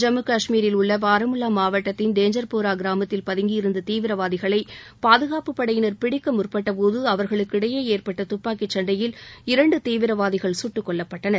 ஜம்மு காஷ்மீரில் உள்ள பாரமுல்லா மாவட்டத்தின் டேஞ்சர்போரா கிராமத்தில் பதுங்கியிருந்த தீவிரவாதிகளை பாதுகாப்புப்படையினர் பிடிக்க முற்பட்டபோது அவர்களுக்கு இடையே ஏற்பட்ட துப்பாக்கிச் சண்டையில் இரண்டு தீவிரவாதிகள் சுட்டுக்கொல்லப்பட்டனர்